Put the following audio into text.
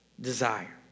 desire